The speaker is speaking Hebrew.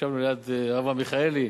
ישבנו ליד אברהם מיכאלי,